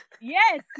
Yes